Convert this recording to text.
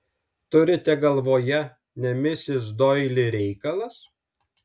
turite galvoje ne misis doili reikalas